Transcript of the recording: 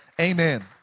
Amen